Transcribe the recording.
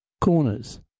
Corners